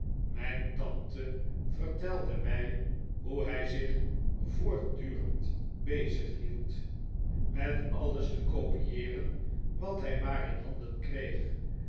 mijn tante vertelde mij hoe hij zich voortdurend bezighield met alles te kopieeren wat hij maar in handen kreeg